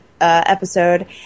episode